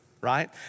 right